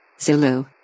Zulu